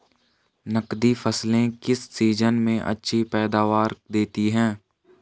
नकदी फसलें किस सीजन में अच्छी पैदावार देतीं हैं?